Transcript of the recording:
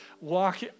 walk